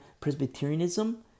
Presbyterianism